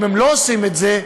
אם הם לא עושים את זה,